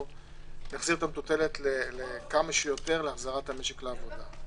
את המטוטלת כמה שיותר להחזרת המשק לעבודה.